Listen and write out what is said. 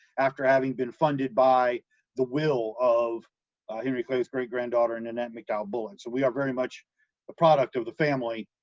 after having been funded by the will of henry clay's great-granddaughter nannette mcdowell bullock, so we are very much a product of the family,